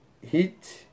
heat